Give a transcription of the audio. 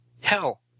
Hell